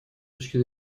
точки